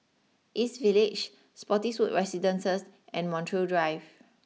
East Village Spottiswoode Residences and Montreal Drive